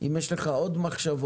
אם יש לך עוד מחשבות,